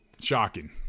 Shocking